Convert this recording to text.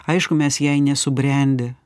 aišku mes jai nesubrendę